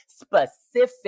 specific